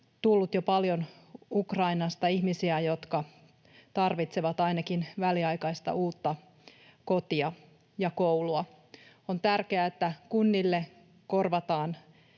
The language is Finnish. jo paljon ihmisiä, jotka tarvitsevat ainakin väliaikaista uutta kotia ja koulua. On tärkeää, että kunnille korvataan